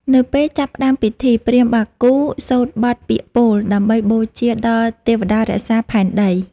នៅពេលចាប់ផ្ដើមពិធី ព្រាហ្មណ៍បាគូសូត្របទពាក្យពោល ដើម្បីបូជាដល់ទេវតារក្សាផែនដី។